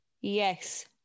Yes